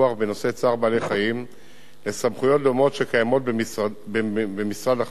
צער בעלי-חיים לסמכויות דומות שקיימות במשרד החקלאות